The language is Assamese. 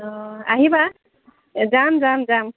অঁ আহিবা যাম যাম যাম